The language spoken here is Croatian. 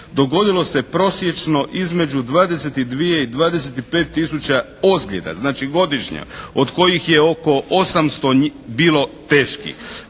dogodilo se prosječno između 22 i 25 tisuća ozljeda, znači godišnje, od kojih je oko 800 bilo teških.